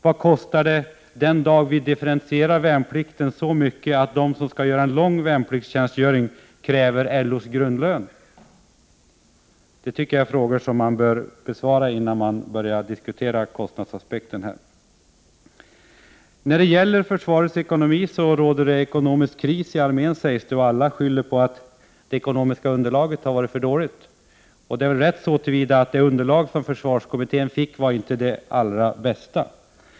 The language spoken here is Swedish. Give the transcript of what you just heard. Vad kostar det den dag vi differentierar värnplikten så mycket att de som skall göra en lång värnpliktstjänstgöring kräver LO:s grundlön? Det är frågor som man bör besvara innan man börjar diskutera kostnadsaspekten. Det råder ekonomisk kris i armén, sägs det. Alla skyller på att det ekonomiska underlaget har varit för dåligt. Det är riktigt så till vida att det underlag som försvarskommittén fick inte var det allra bästa.